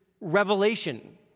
revelation